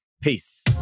peace